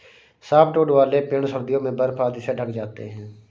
softwood वाले पेड़ सर्दियों में बर्फ आदि से ढँक जाते हैं